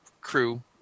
crew